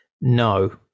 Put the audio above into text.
No